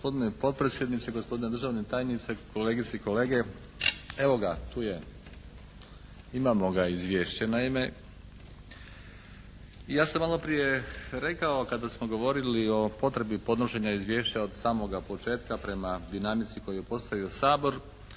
Gospodine potpredsjedniče, gospodine državni tajniče, kolegice i kolege. Evo ga, tu je. Imamo izvješće naime. Ja sam malo prije rekao kada smo govorili o potrebi podnošenja izvješća od samoga početka prema dinamici koju je postavio Sabor